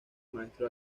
maestro